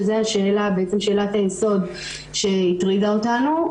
שזה בעצם שאלת היסוד שהטרידה אותנו.